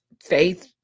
Faith